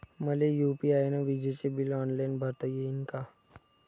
मले यू.पी.आय न विजेचे बिल ऑनलाईन भरता येईन का?